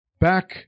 back